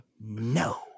No